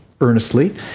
earnestly